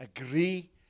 agree